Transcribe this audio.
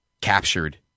captured